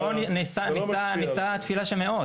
--- בוא נישא תפילה שמאות.